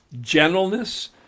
gentleness